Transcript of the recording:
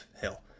Hill